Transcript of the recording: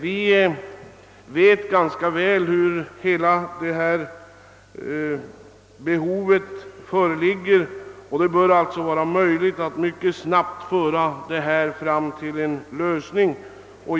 Vi vet ganska väl hur stort behovet är, och det bör alltså vara möjligt att mycket snabbt nå fram till ett avgörande.